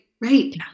right